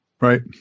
Right